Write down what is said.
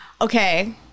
okay